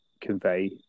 convey